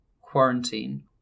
quarantine